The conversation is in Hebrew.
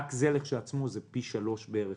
רק זה כשלעצמו זה פי שלושה בערך